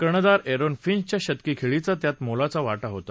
कर्णधार एरोन फिंचच्या शतकी खेळीचा त्यात मोलाचा वाटा होता